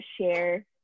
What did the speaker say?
share